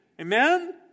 Amen